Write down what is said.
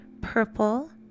purple